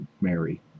Mary